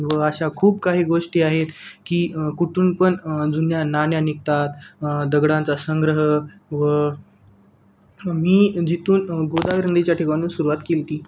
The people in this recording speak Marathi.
व अशा खूप काही गोष्टी आहेत की कुठून पण जुन्या नाण्या निघतात दगडांचा संग्रह व मी जिथून गोदावरी नदीच्या ठिकाणहून सुरुवात केली होती